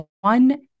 One